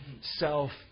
self